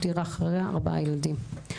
הותירה אחריה ארבעה ילדים.